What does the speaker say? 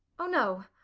oh no!